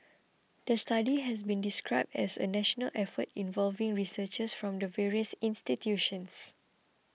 the study has been described as a national effort involving researchers from the various institutions